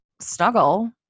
snuggle